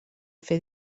fer